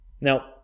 Now